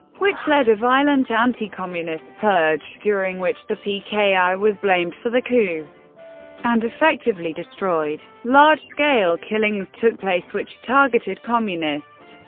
which led a violent anti-communist purge, during which the pki was blamed for the coup and effectively destroyed. large-scale killings took place which targeted communists,